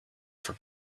for